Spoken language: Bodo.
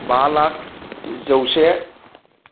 बा लाख जौसे